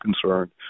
concerned